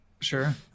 Sure